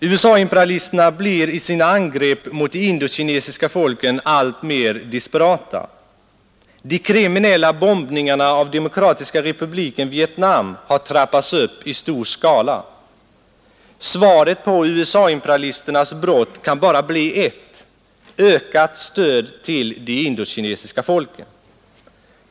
USA-imperialisterna blir i sina angrepp mot de indokinesiska folken alltmer desperata. De kriminella bombningarna av Demokratiska republiken Vietnam har trappats upp i stor skala. Svaret på USA-imperialisternas brott kan bara bli ett: ökat stöd till de indokinesiska folken.